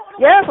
Yes